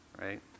right